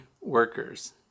workers